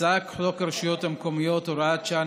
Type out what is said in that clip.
הצעת חוק הרשויות המקומיות (בחירות) (הוראת שעה,